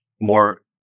more